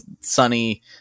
sunny